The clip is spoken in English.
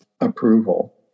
approval